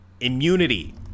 immunity